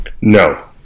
No